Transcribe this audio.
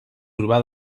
urbà